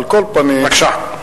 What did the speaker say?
על כל פנים, בבקשה.